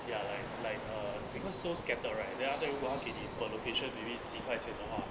ya like like uh because so scattered right then while after 如果他给你 per location 几块钱的话